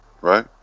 right